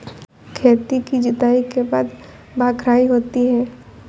खेती की जुताई के बाद बख्राई होती हैं?